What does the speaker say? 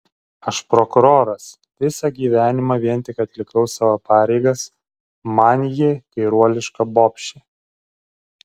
aš prokuroras visą gyvenimą vien tik atlikau savo pareigas man ji kairuoliška bobšė